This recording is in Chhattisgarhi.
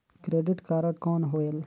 क्रेडिट कारड कौन होएल?